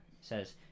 says